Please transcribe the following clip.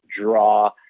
draw